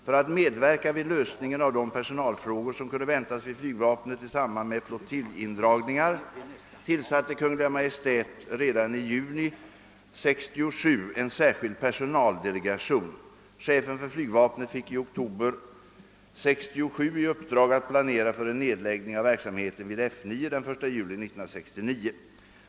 För att medverka vid lösningen av de personalfrågor som kunde väntas vid flygvapnet i samband med flottiljindragningar tillsatte Kungl. Maj:t redan i juni 1967 en särskild personaldelegation. Chefen för flygvapnet fick i oktober 1967 i uppdrag att planera för en nedläggning av verksamheten vid F 9 den 1 juli 1969.